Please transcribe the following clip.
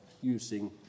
using